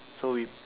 so we